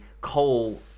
Cole